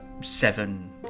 seven